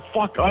fuck